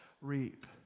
reap